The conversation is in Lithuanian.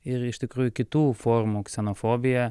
ir iš tikrųjų kitų formų ksenofobija